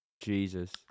Jesus